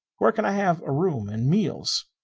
where can i have a room and meals?